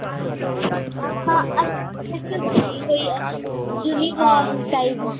uniform type